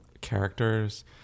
characters